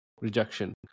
rejection